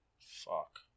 Fuck